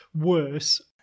worse